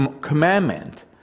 commandment